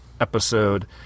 episode